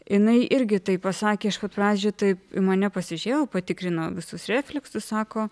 jinai irgi taip pasakė iš pat pradžių taip mane pasižiūrėjo patikrino visus refleksus sako